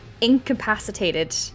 incapacitated